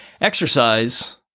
exercise